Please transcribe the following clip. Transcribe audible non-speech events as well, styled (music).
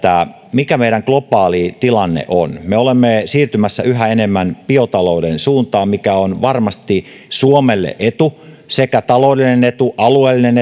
mikä meillä globaali tilanne on me olemme siirtymässä yhä enemmän biotalouden suuntaan mikä on varmasti suomelle etu taloudellinen etu alueellinen (unintelligible)